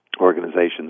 organizations